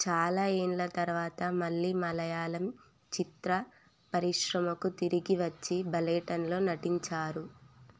చాలా ఏళ్ళ తరువాత మళ్ళీ మలయాళం చిత్ర పరిశ్రమకు తిరిగి వచ్చి బలేటన్లో నటించారు